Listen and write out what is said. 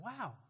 wow